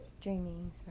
dreaming